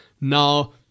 now